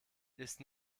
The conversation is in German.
ist